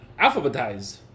alphabetized